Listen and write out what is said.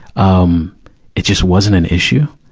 um it just wasn't an issue.